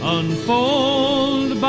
unfold